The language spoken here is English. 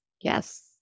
yes